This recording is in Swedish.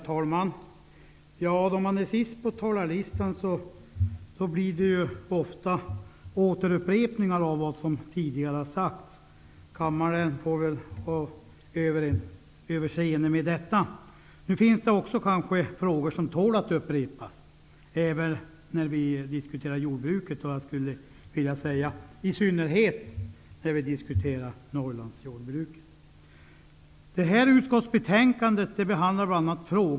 Herr talman! Om man är sist på talarlistan, blir det ofta upprepningar av vad som tidigare har sagts. Jag hoppas att kammaren har överseende med detta. Det finns kanske också frågor som tål att upprepas även när vi diskuterar jordbruket och i synnerhet I det här utskottsbetänkandet behandlas bl.a.